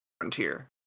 Frontier